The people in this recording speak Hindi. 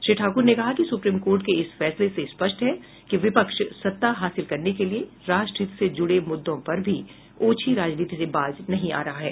श्री ठाक्र ने कहा कि सुप्रीम कोर्ट के इस फैसले से स्पष्ट है कि विपक्ष सत्ता हासिल करने के लिए राष्ट्रहित से जुड़े मुद्दों पर भी ओछी राजनीति से बाज नहीं आ रहा है